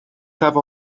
cyntaf